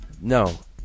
No